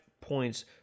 points